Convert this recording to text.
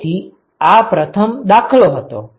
તેથી આ પ્રથમ દાખલો હતો